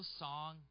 song